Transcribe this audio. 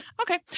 Okay